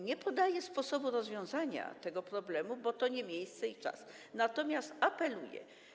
Nie podaję sposobu rozwiązania tego problemu, bo to nie miejsce i nie czas, natomiast apeluję.